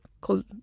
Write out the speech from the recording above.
called